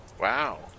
Wow